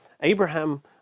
Abraham